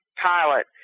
pilot